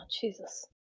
Jesus